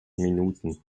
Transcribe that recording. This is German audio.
minuten